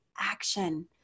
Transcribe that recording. action